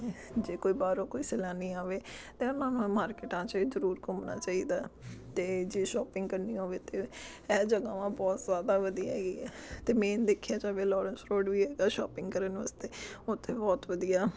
ਜੇ ਕੋਈ ਬਾਹਰੋਂ ਕੋਈ ਸੈਲਾਨੀ ਆਵੇ ਤਾਂ ਉਹਨਾਂ ਨੂੰ ਮਾਰਕਿਟਾਂ 'ਚ ਜ਼ਰੂਰ ਘੁੰਮਣਾ ਚਾਹੀਦਾ ਅਤੇ ਜੇ ਸ਼ੋਪਿੰਗ ਕਰਨੀ ਹੋਵੇ ਤਾਂ ਇਹ ਜਗ੍ਹਾਵਾਂ ਬਹੁਤ ਜ਼ਿਆਦਾ ਵਧੀਆ ਹੈਗੀ ਹੈ ਅਤੇ ਮੇਨ ਦੇਖਿਆ ਜਾਵੇ ਲਾਰੈਂਸ ਰੋਡ ਵੀ ਹੈਗਾ ਸ਼ੋਪਿੰਗ ਕਰਨ ਵਾਸਤੇ ਉੱਥੇ ਬਹੁਤ ਵਧੀਆ